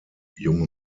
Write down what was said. junge